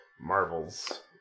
Marvel's